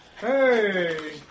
Hey